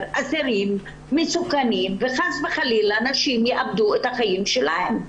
אסירים מסוכנים וחס וחלילה נשים יאבדו את החיים שלהן?